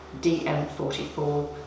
DM44